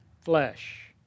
flesh